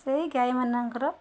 ସେଇ ଗାଈମାନଙ୍କର